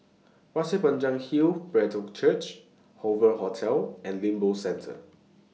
Pasir Panjang Hill Brethren Church Hoover Hotel and Lippo Centre